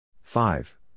Five